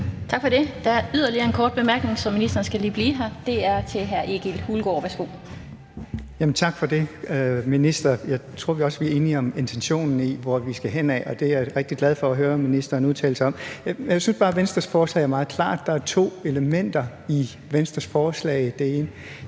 Tak for det. Der er yderligere en kort bemærkning, så ministeren skal lige blive her. Det er til hr. Egil Hulgaard. Værsgo. Kl. 15:43 Egil Hulgaard (KF): Tak for det. Jeg tror, minister, vi også er enige om intentionen i, hvor vi skal henad, og det er jeg rigtig glad for at høre ministeren udtale sig om. Jeg synes bare, at Venstres forslag er meget klart. Der er to elementer i Venstres forslag. Det ene